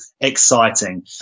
exciting